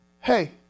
hey